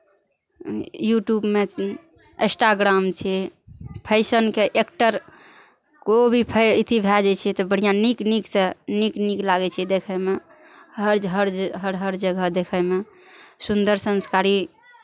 यूट्यूबमे Instagram छै फैशनके actor कोइ भी फै अथी भए जाइ छै तऽ बढ़िआँ नीक नीकसँ नीक नीक लागै छै देखयमे हर ज् हर ज् हर हर जगह देखयमे सुन्दर संस्कारी